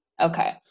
Okay